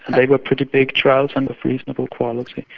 they were pretty big trials and of reasonable quality.